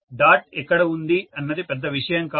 dot ఎక్కడ ఉంది అన్నది పెద్ద విషయం కాదు